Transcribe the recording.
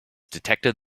detected